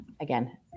again